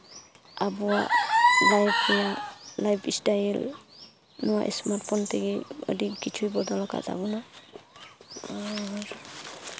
ᱟᱵᱚᱣᱟᱜ ᱞᱟᱭᱤᱯᱷ ᱨᱮ lifestyle ᱱᱚᱣᱟ ᱥᱢᱟᱨᱴ ᱯᱷᱳᱱ ᱛᱮᱜᱮ ᱟᱹᱰᱤ ᱠᱤᱪᱷᱩᱭ ᱵᱚᱫᱚᱞ ᱟᱠᱟᱜ ᱛᱟᱵᱚᱱᱟ ᱟᱨ